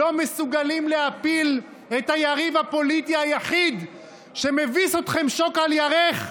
לא מסוגלים להפיל את היריב הפוליטי היחיד שמביס אתכם שוק על ירך.